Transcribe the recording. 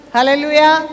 Hallelujah